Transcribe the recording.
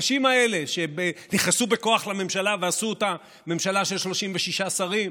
האנשים האלה שנכנסו בכוח לממשלה ועשו אותה ממשלה של 36 שרים.